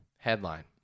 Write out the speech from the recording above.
Headline